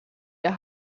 der